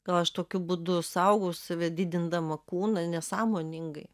gal aš tokiu būdu saugau save didindama kūną nesąmoningai